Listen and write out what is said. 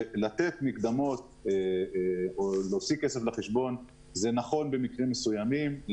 לתת מקדמות היישר לחשבון זה נכון במקרים מסוימים.